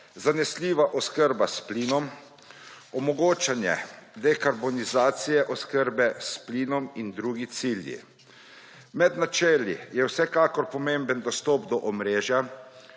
zanesljiva oskrba s plinom, omogočanje dekarbonizacije oskrbe s plinom in drugi cilji. Med načeli je vsekakor pomemben dostop do omrežja,